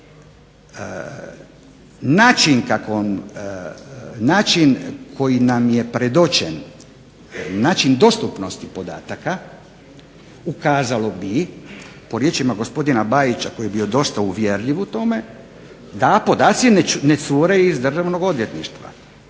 Način koji nam je predočen, način dostupnosti podataka ukazalo bi, po riječima gospodina Bajića koji je bio dosta uvjerljiv u tome, da podaci ne cure iz državnog odvjetništva.